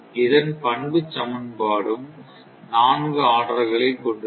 இதன் பண்பு சமன்பாடும் 4 ஆர்டர்களை கொண்டிருக்கும்